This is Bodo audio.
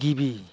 गिबि